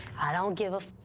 i don't give a,